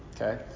Okay